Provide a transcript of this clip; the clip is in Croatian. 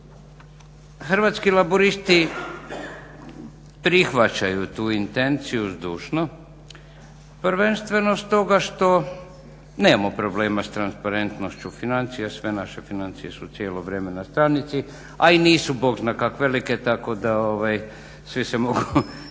Hrvatski laburisti prihvaćaju tu intenciju zdušno prvenstveno zbog toga što nemamo problema s transparentnošću financija. Sve naše financije su cijelo vrijeme na stranici, a i nisu bog zna kako velike tako da svi se mogu